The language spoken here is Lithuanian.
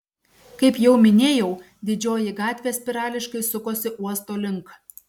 kaip jau minėjau didžioji gatvė spirališkai sukosi uosto link